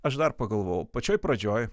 aš dar pagalvojau pačioj pradžioj